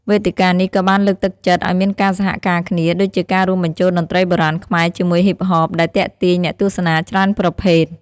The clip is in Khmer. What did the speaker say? វេទិកានេះក៏បានលើកទឹកចិត្តឲ្យមានការសហការគ្នា ដូចជាការរួមបញ្ចូលតន្ត្រីបុរាណខ្មែរជាមួយហ៊ីបហប ដែលទាក់ទាញអ្នកទស្សនាច្រើនប្រភេទ។